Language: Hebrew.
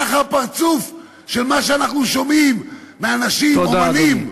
כך הפרצוף של מה שאנחנו שומעים מאנשים אמנים,